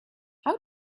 how